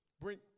Bring